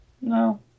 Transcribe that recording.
No